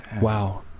Wow